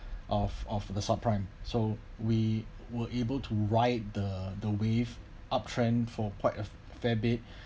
of of the sub prime so we were able to ride the the wave uptrend for quite a fair bit